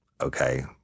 okay